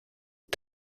les